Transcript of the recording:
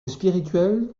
spirituel